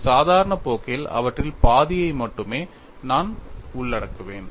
ஒரு சாதாரண போக்கில் அவற்றில் பாதியை மட்டுமே நான் உள்ளடக்குவேன்